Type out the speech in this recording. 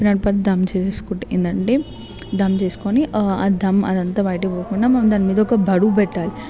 దమ్ చేసుకుంటే ఏందంటే దమ్ చేసుకోని దమ్ అదంతా బయట పోకుండా దాని మీద ఒక బరువు పెట్టాలి